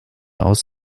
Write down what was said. aus